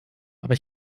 aber